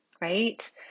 right